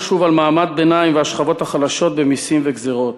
שוב על מעמד הביניים והשכבות החלשות במסים ובגזירות.